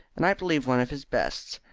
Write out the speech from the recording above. and i believe one of his best.